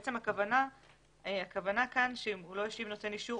בעצם הכוונה כאן שאם לא השיב נותן אישור